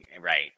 right